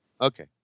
Okay